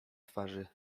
twarzy